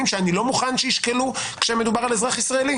שאני לא מוכן שישקלו כשמדובר על אזרח ישראלי